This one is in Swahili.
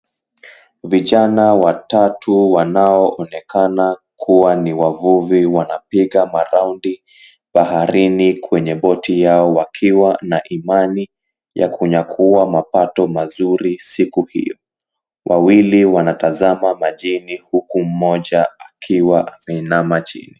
Vijana watatu wanaoonekana kuwa ni wavuvi wanapiga maraundi baharini kwenye boti yao wakiwa na imani ya kunyakua mapato mazuri siku hiyo. Wawili wanatazama majini huku mmoja akiwa ameinama chini.